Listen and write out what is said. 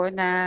na